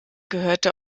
gehörte